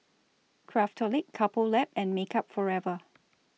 Craftholic Couple Lab and Makeup Forever